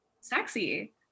sexy